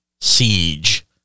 siege